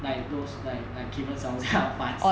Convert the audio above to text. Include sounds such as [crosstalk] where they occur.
like those like like cable cell lah [laughs] but